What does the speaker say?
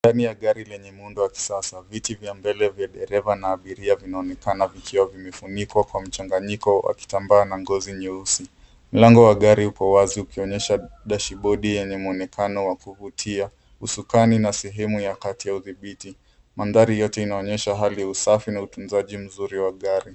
Ndani ya gari lenye muundo wa kisasa viti vya mbele vya dereva na abiria vinaonekana vikiwa vimefunikwa kwa mchangayiko wa kitambaa na ngozi nyeusi. Mlango wa gari uko wazi ukionyesha Dashboard yenye mwonekano wa kuvutia usukani na sehemu ya kati ya udhibiti. Mandhari yote inaonyesha hali ya usafi na utunzaji mzuri wa gari.